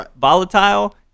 volatile